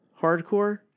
hardcore